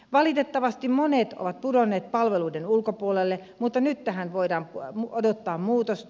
valitettavasti monet ovat pudonneet palveluiden ulkopuolelle mutta nyt tähän voidaan odottaa muutosta